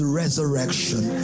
resurrection